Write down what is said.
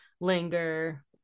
Linger